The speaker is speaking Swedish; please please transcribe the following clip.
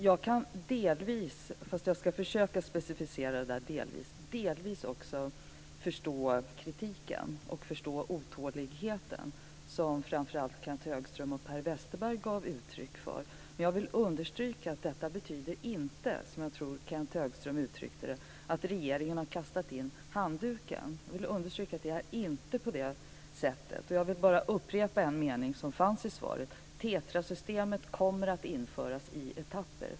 Jag kan delvis - jag ska försöka specificera detta "delvis" - också förstå kritiken och den otålighet som framför allt Kenth Högström och Per Westerberg gav uttryck för. Men jag vill understryka: Detta betyder inte att regeringen, som jag tror att Kenth Högström uttryckte det, har kastat in handduken. Jag vill understryka att det inte är på det sättet. Jag vill upprepa en mening som fanns i svaret: "TETRA-systemet kommer att införas i etapper."